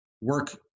work